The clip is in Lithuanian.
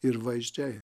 ir vaizdžiai